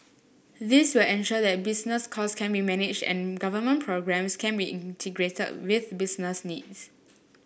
this will ensure that business cost can be managed and government programmes can be integrated with business needs